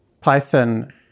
Python